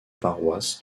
paroisse